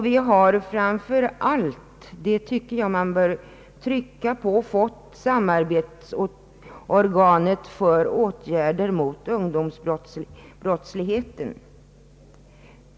Vi har framför allt — och det tycker jag man bör trycka på — fått samarbetsorganet för åtgärder mot ungdomsbrottsligheten.